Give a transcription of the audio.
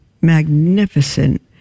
magnificent